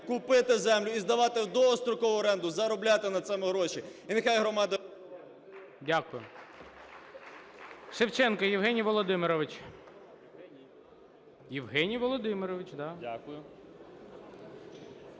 купити землю і здавати в довгострокову оренду, заробляти на цьому гроші.